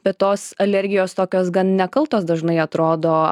bet tos alergijos tokios gan nekaltos dažnai atrodo